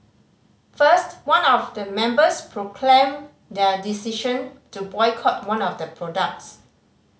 first one of the members proclaimed their decision to boycott one of the products